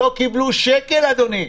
הם לא קיבלו שקל, אדוני.